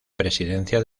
presidencia